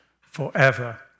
forever